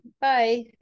Bye